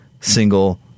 single